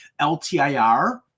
LTIR